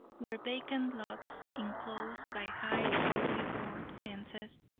were vacant lots inclosed by high ugly board fences,